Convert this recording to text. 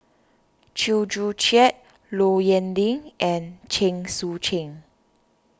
Chew Joo Chiat Low Yen Ling and Chen Sucheng